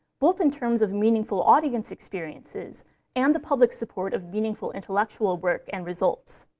both in terms of meaningful audience experiences and the public support of meaningful intellectual work and results.